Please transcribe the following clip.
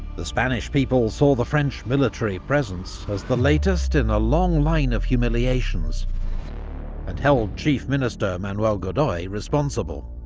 the spanish people saw the french military presence as the latest in a long line of humiliations and held chief minister manuel godoy responsible.